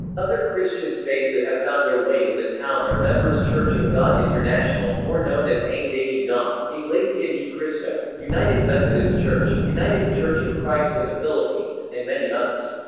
other christians faith that have found their way in the town are members church of god international more known as ang dating daan, iglesia ni cristo, united methodist church, united church of christ in the philippines, and many others.